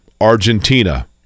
Argentina